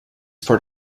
part